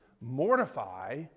mortify